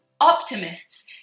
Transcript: Optimists